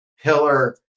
pillar